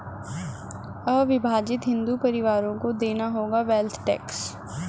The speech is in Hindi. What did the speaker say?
अविभाजित हिंदू परिवारों को देना होगा वेल्थ टैक्स